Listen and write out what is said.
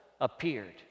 appeared